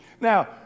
now